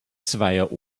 zweier